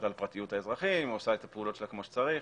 פרטיות האזרחים ועושה את הפעולות שלה כמו שצריך.